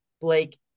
Blake